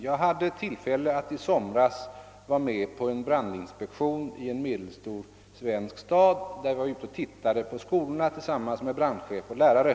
Jag hade i somras tillfälle att vara med om en brandinspektion i en medelstor svensk stad och jag var då ute och studerade skolorna tillsammans med brandehef och lärare.